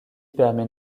permet